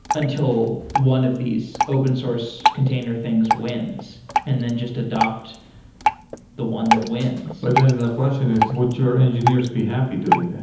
until one of these open source container things win and then just adapt the one that wins but then the question is would your engineers be happy doing that?